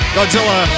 Godzilla